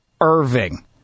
Irving